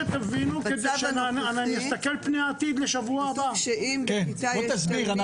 אז בוא אריה תסביר.